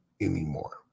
anymore